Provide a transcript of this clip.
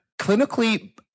clinically